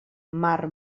mar